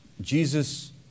Jesus